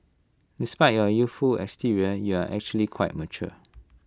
despite your youthful exterior you're actually quite mature